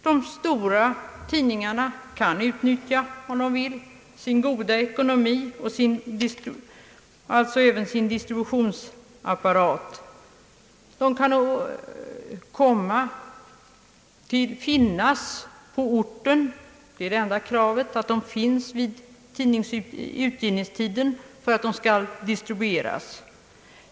De stora tidningarna kan — om de vill — utnyttja sin goda ekonomi och sin distributionsapparat. De har ett enda krav att uppfylla för att distribueras, nämligen att de finns på orten vid utgivningstiden.